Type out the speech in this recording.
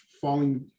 falling